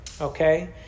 okay